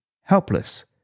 helpless